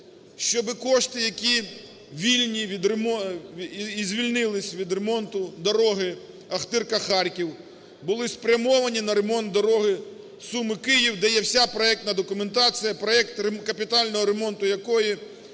щоби кошти, які вільні і звільнились від ремонту дороги Охтирка-Харків, були спрямовані на ремонт дороги Суми-Київ, де є вся проектна документація, проект капітального ремонту якої